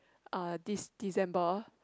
ah De~ December